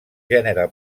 gènere